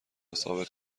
ثابت